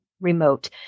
remote